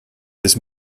this